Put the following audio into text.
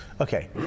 Okay